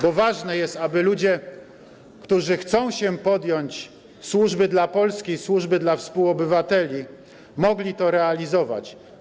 Bo ważne jest, aby ludzie, którzy chcą się podjąć służby dla Polski, służby dla współobywateli, mogli to realizować.